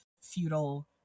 feudal